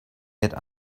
had